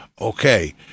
okay